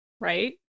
Right